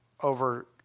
over